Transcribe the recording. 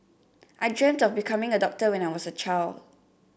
I dreamt of becoming a doctor when I was a child